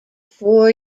four